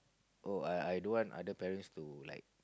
oh I I don't want other parents to like